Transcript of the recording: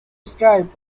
strip